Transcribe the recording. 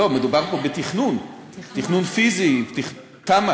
לא, מדובר פה בתכנון, תכנון פיזי, תמ"א.